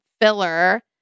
filler